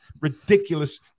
ridiculous